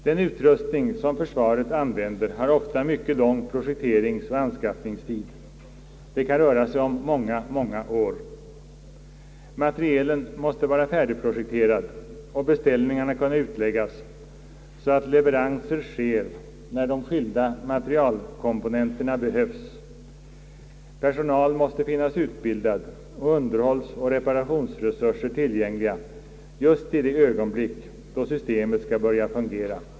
Den utrustning som försvaret använder har ofta mycket lång projekteringsoch anskaffningstid det kan röra sig om många, många år. Materielen måste vara färdigprojekterade och beställningarna kunna utläggas, så att leveranser sker när de skilda materialkomponenterna behövs, personal måste finnas utbildad och underhållsoch reparationsresurser vara tillgängliga just i det ögonblick då systemet skall börja fungera.